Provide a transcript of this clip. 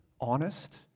honest